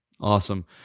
Awesome